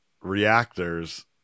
reactors